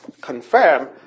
confirm